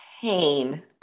pain